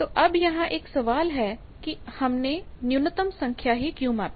तो अब यहां एक सवाल है कि हमने न्यूनतम संख्या ही क्यों मापी